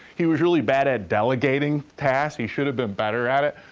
he was really bad at delegating tasks. he should have been better at it,